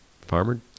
Farmer